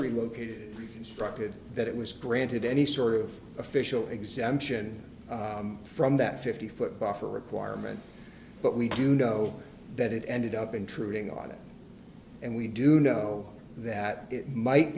relocated constructed that it was granted any sort of official exemption from that fifty foot buffer requirement but we do know that it ended up intruding on it and we do know that it might